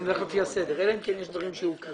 נלך לפי הסדר, אלא אם כן יש דברים שהוקראו.